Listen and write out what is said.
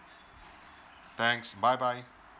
thanks bye bye